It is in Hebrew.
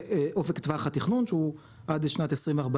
ואופק טווח התכנון שהוא עד שנת 2040